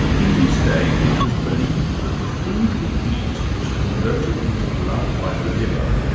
in his day, it was believed that the food we eat was converted into blood by the liver,